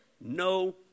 no